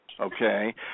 okay